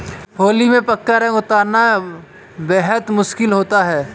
होली में पक्का रंग उतरना बेहद मुश्किल होता है